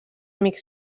amic